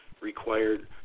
required